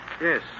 Yes